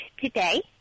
Today